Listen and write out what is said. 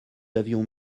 avions